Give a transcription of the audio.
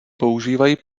používají